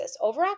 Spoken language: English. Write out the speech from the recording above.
overactive